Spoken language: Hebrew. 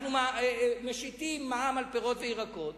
אנחנו משיתים מע"מ על פירות וירקות.